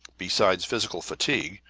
besides physical fatigue,